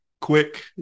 quick